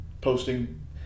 posting